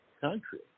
country